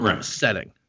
setting